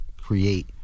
create